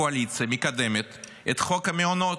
הקואליציה מקדמת את חוק המעונות,